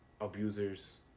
abusers